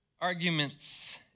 arguments